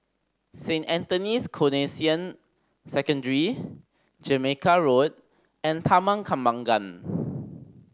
Saint Anthony's Canossian Secondary Jamaica Road and Taman Kembangan